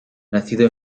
nacido